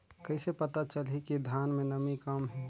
कइसे पता चलही कि धान मे नमी कम हे?